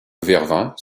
vervins